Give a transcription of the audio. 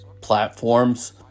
platforms